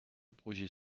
projet